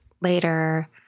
later